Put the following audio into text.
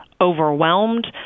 overwhelmed